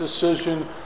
decision